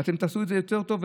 ואתם תעשו את זה יותר טוב,